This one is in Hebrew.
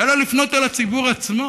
אלא יש לפנות אל הציבור עצמו